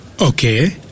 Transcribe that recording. okay